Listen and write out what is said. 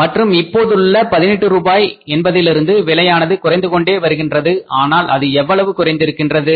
மற்றும் இப்போதுள்ள 18 ரூபாய் என்பதிலிருந்து விலையானது குறைந்து கொண்டே வருகின்றது ஆனால் அது எவ்வளவுக்கு குறைகின்றது